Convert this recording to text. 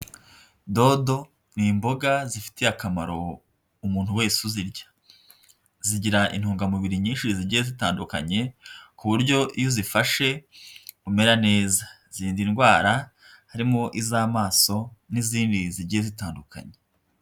Dodo ni imboga zifitiye akamaro umuntu wese uzirya, zigira intungamubiri nyinshi zigiye zitandukanye ku buryo iyo zifashe umera neza, zirinda indwara harimo iz'amaso n'izindi zigiye zitandukanye.